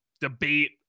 debate